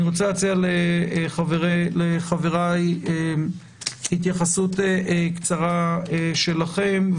אני מציע לחבריי התייחסות קצרה שלכם,